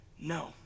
No